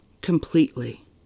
completely